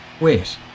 Wait